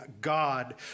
God